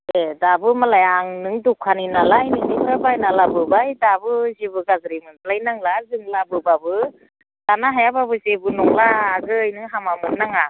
दे दाबो मालाय आं नों दखानि नालाय नोंनिफ्राय बायना लाबोबाय दाबो जेबो गाज्रि मोनजा लायनांला जों लाबोब्लाबो जानो हायाब्लाबो जेबो नङा आगै नों हामा मोन नाङा